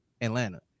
Atlanta